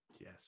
yes